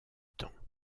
temps